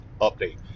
update